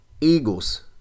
Eagles